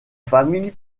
famille